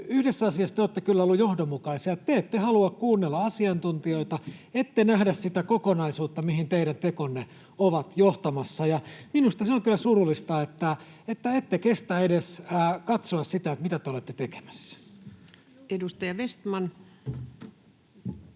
yhdessä asiassa te olette kyllä olleet johdonmukaisia: te ette halua kuunnella asiantuntijoita, ette nähdä sitä kokonaisuutta, mihin teidän tekonne ovat johtamassa. Minusta on kyllä surullista, että ette kestä edes katsoa, mitä te olette tekemässä. [Speech